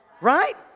Right